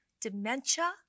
dementia